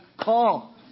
call